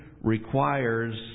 requires